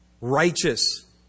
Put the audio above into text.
righteous